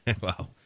Wow